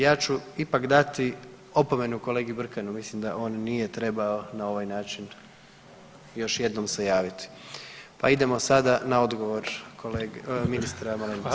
Ja ću ipak dati opomenu kolegi Brkanu, mislim da on nije trebao na ovaj način još jednom se javiti, pa idemo sada na odgovor kolege, ministra Malenice.